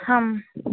हं